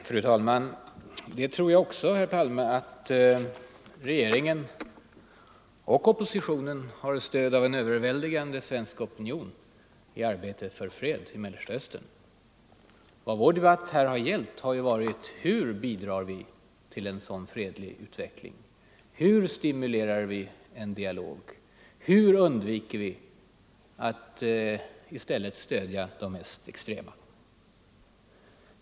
Fru talman! Jag tror också, herr Palme, att regeringen och oppositionen har stöd av en överväldigande svensk opinion i arbetet för fred i Mellersta Östern. Men vad vår debatt här har gällt är ju: Hur bidrar vi till en sådan fredlig utveckling? Hur stimulerar vi en dialog? Hur undviker vi att i stället stödja de mest extrema i konflikten?